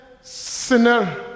sinner